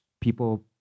people